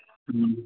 ਹਾਂਜੀ